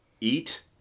eat